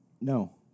No